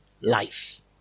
life